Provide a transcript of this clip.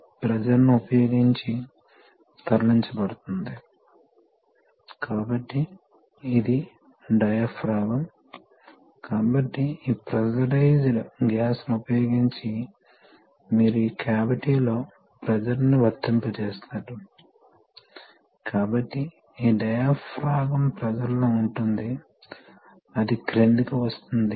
కాబట్టి సిలిండర్లు సాధారణంగా రెండు రకాలు ఒక రకాన్ని సింగిల్ యాక్టింగ్ అని పిలుస్తారు మరొక రకాన్ని డబుల్ యాక్టింగ్ అంటారు కాబట్టి సింగిల్ యాక్టింగ్ అంటే ఫోర్స్ ద్వారా అది ఒక దిశలో మాత్రమే కదులుతుంది అప్పుడు అది సాధారణంగా గురుత్వాకర్షణ లేదా స్ప్రింగ్ ఫోర్స్ మొదలైనవి ద్వారా తిరిగి వస్తుంది